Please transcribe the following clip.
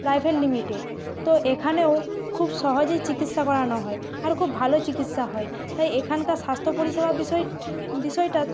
private limited তো এখানেও খুব সহজেই চিকিৎসা করানো হয় আর খুব ভালো চিকিৎসা হয় তাই এখানকার স্বাস্থ্য পরিষেবা বিষয়ট বিষয়টা